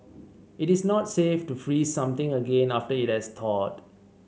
it is not safe to freeze something again after it has thawed